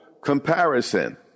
comparison